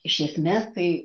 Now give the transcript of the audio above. iš esmės tai